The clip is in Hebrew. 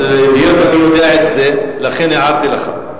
אז היות שאני יודע את זה, הערתי לך.